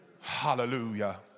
Hallelujah